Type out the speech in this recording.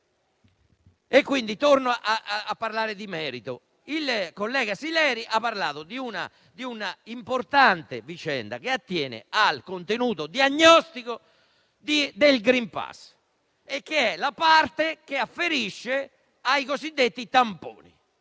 fa questo. Torno a parlare di merito. Il collega Sileri ha parlato di un'importante vicenda, che attiene al contenuto diagnostico del *green pass*, e cioè alla parte che afferisce ai cosiddetti tamponi.